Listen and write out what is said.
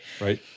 Right